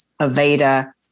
Aveda